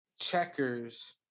checkers